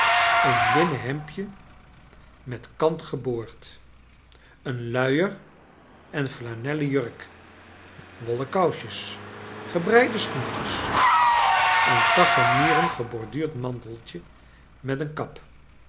een linnen hemdje met kant geboord een luier en flanellen jurk wollen kousjes gebreide schoentjes een cachemiren geborduurd manteltje met een kap